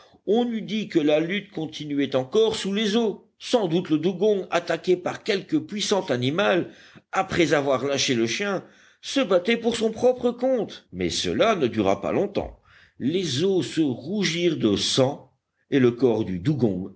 on eût dit que la lutte continuait encore sous les eaux sans doute le dugong attaqué par quelque puissant animal après avoir lâché le chien se battait pour son propre compte mais cela ne dura pas longtemps les eaux se rougirent de sang et le corps du dugong